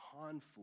conflict